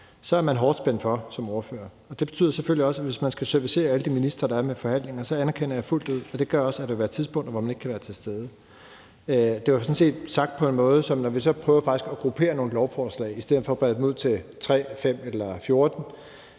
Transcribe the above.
så er man hårdt spændt for som ordfører. Det betyder selvfølgelig også, at hvis man skal servicere alle de ministre, der er, med forhandlinger, så anerkender jeg fuldt ud, at der også kan være tidspunkter, hvor man ikke kan være til stede. Det var sådan set sagt på den måde, at når vi prøver faktisk at gruppere nogle lovforslag i stedet for at brede dem ud til 3, 5 eller 14,